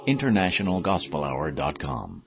InternationalGospelHour.com